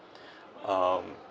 um